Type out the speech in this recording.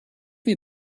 mir